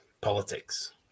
politics